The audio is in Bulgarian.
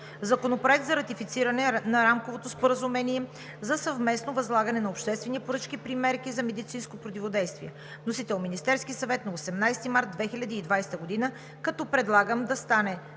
Законопроект за ратифициране на Рамковото споразумение за съвместно възлагане на обществени поръчки при мерки за медицинско противодействие. Вносител е Министерският съвет на 18 март 2020 г., като предлагам да стане